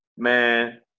Man